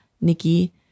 Nikki